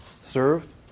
served